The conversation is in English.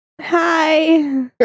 hi